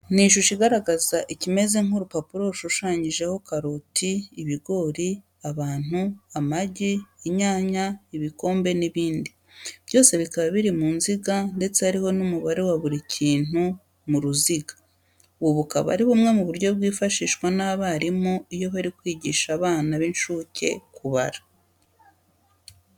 Ni ishusho igaragaza ikimeze nk'urupapuro rushushanyijeho karoti, ibigori, abantu, amagi, inyanya, ibikombe n'ibindi. Byose bikaba biri mu nziga ndetse hariho n'umubare wa buri kintu kiri mu ruziga. Ubu bukaba ari bumwe mu buryo bwifashishwa n'abarimu iyo bari kwigisha abana b'incuke kubara.